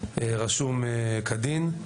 רשום כדין,